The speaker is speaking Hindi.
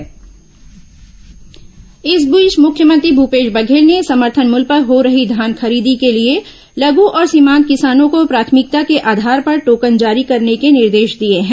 धान खरीदी मुख्यमंत्री इस बीच मुख्यमंत्री भूपेश बघेल ने समर्थन मूल्य पर हो रही धान खरीदी के लिए लघु और सीमांत किसानों को प्राथमिकता के आधार पर टोकन जारी करने के निर्देश दिए हैं